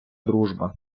дружба